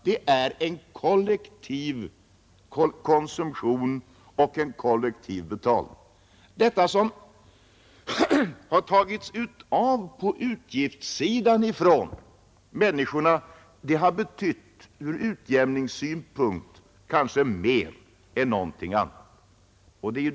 Det är fråga om en kollektiv konsumtion och en kollektiv betalning. Det som har tagits från människorna på utgiftssidan har kanske betytt mer än någonting annat från utjämningssynpunkt.